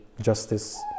justice